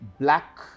black